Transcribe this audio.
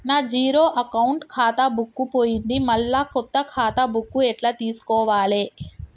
నా zero account ఖాతా book పోయింది మళ్ళా కొత్త ఖాతా బుక్కు ఎట్ల తీసుకోవాలే?